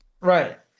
Right